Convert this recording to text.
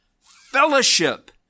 fellowship